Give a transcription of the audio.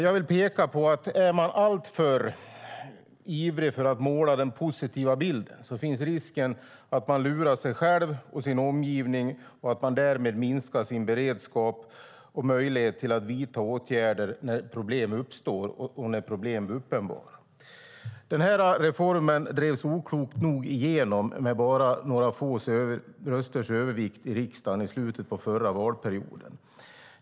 Jag vill peka på att om man är alltför ivrig med att måla en positiv bild finns risken att man lurar sig själv och sin omgivning och att man därmed minskar sin beredskap och sin möjlighet att vidta åtgärder när problem uppstår och är uppenbara. Reformen drevs oklokt nog igenom med bara några få rösters övervikt i riksdagen i slutet av förra valperioden.